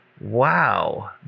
wow